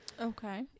Okay